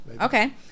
Okay